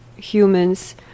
humans